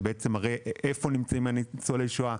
שמראה איפה נמצאים ניצולי השואה,